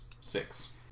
Six